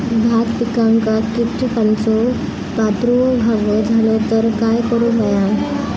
भात पिकांक कीटकांचो प्रादुर्भाव झालो तर काय करूक होया?